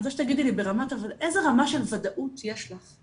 'אני רוצה שתגידי לי איזו רמה של ודאות יש לך,